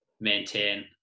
maintain